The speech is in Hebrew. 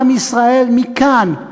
עם ישראל מכאן,